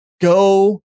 go